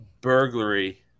burglary